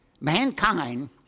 Mankind